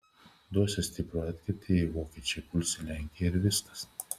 duosią stiprų atkirtį jei vokiečiai pulsią lenkiją ir viskas